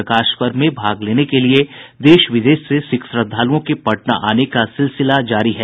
प्रकाश पर्व में भाग लेने के लिए देश विदेश से सिख श्रद्धालुओं के पटना आने का सिलसिला जारी है